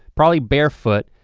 probably bare foot.